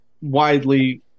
widely